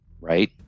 right